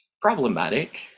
problematic